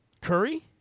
Curry